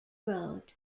road